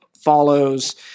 follows